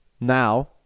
Now